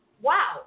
wow